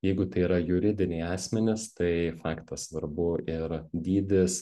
jeigu tai yra juridiniai asmenys tai faktas svarbu ir dydis